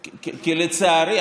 על זה לא הגשנו הסתייגות.